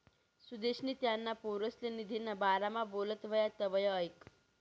सुदेशनी त्याना पोरसले निधीना बारामा बोलत व्हतात तवंय ऐकं